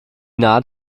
naht